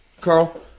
Carl